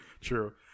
true